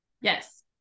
Yes